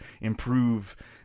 improve